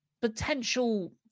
potential